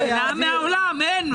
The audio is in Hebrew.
הוא נעלם מהעולם, אין.